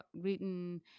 written